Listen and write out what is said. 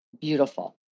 beautiful